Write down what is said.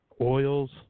oils